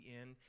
end